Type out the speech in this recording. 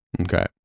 okay